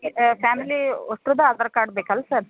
family ಅಷ್ಟ್ರದ್ದು Aadhaar card ಬೇಕಲ್ವ sir